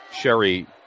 Sherry